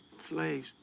slaves.